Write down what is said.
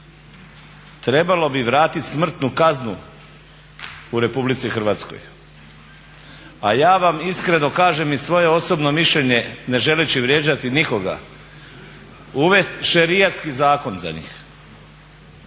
trebalo bi vratiti smrtnu kaznu u RH. A ja vam iskreno kažem i svoje osobno mišljenje ne želeći vrijeđati nikoga uvesti šerijatski zakon za njih.